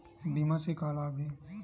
बीमा से का लाभ हे?